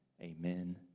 Amen